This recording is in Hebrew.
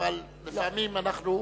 אבל לפעמים אנחנו,